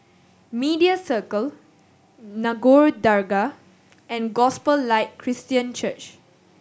Media Circle Nagore Dargah and Gospel Light Christian Church